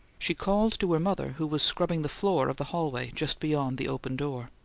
she called to her mother, who was scrubbing the floor of the hallway just beyond the open door,